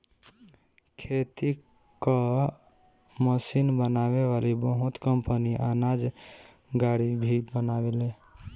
खेती कअ मशीन बनावे वाली बहुत कंपनी अनाज गाड़ी भी बनावेले